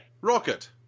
Rocket